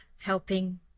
helping